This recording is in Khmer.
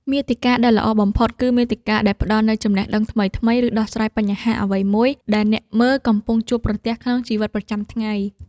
មាតិកាដែលល្អបំផុតគឺមាតិកាដែលផ្តល់នូវចំណេះដឹងថ្មីៗ ឬដោះស្រាយបញ្ហាអ្វីមួយដែលអ្នកមើលកំពុងជួបប្រទះក្នុងជីវិតប្រចាំថ្ងៃ។